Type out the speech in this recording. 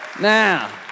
Now